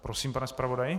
Prosím, pane zpravodaji.